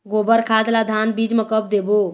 गोबर खाद ला धान बीज म कब देबो?